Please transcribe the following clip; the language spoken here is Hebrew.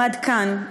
עמד כאן,